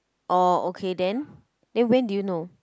oh okay then then when did you know